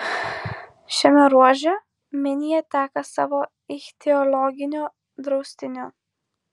šiame ruože minija teka savo ichtiologiniu draustiniu